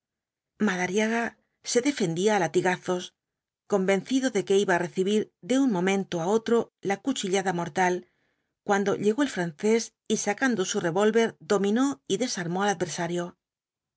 madariaga se defendía á latigazos convencido de que iba á recibir de un momento á otro la cuchillada mortal cuando llegó el francés y sacando su revólver dominó y desarmó al adversario